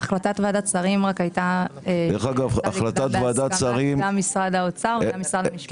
החלטת ועדת שרים הייתה גם משרד האוצר וגם משרד המשפטים.